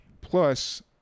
Plus